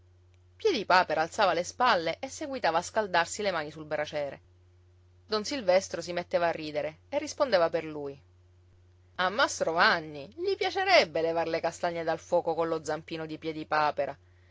ntoni piedipapera alzava le spalle e seguitava a scaldarsi le mani sul braciere don silvestro si metteva a ridere e rispondeva per lui a mastro vanni gli piacerebbe levar le castagne dal fuoco collo zampino di